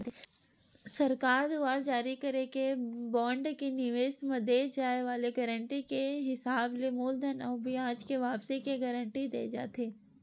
सरकार दुवार जारी करे के बांड के निवेस म दे जाय वाले गारंटी के हिसाब ले मूलधन अउ बियाज के वापसी के गांरटी देय जाथे